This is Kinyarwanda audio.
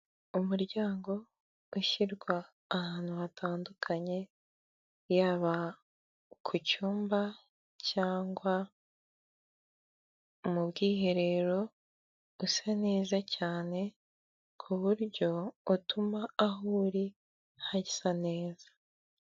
Umuryango ushyirwa ahantu hatandukanye yaba ku cyumba cyangwa mu bwiherero usa neza cyane ku buryo utuma aho uri hisa neza.